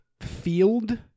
Field